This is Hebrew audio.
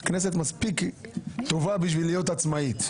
כנסת מספיק טובה בשביל להיות עצמאית.